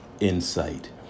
insight